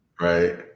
Right